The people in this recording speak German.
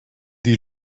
die